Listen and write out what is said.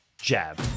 jab